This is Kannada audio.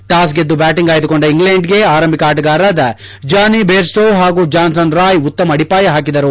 ಟಾಸ್ ಗೆದ್ದು ಬ್ಲಾಟಿಂಗ್ ಆಯ್ದು ಕೊಂಡ ಇಂಗ್ಲೆಂಡ್ ಗೆ ಆರಂಭಿಕ ಆಟಗಾರರಾದ ಜಾನೀ ದೇರ್ ಸ್ಲೋವ್ ಹಾಗೂ ಜಾನ್ಸನ್ ರಾಯ್ ಉತ್ತಮ ಅಡಿಪಾಯ ಹಾಕಿದರು